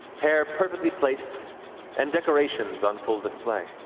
hair perfectly placed and decorations on full display.